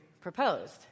proposed